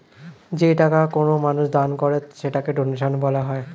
যেই টাকা কোনো মানুষ দান করে সেটাকে ডোনেশন বলা হয়